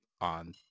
on